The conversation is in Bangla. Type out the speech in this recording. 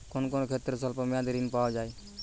কোন কোন ক্ষেত্রে স্বল্প মেয়াদি ঋণ পাওয়া যায়?